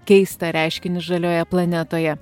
keistą reiškinį žalioje planetoje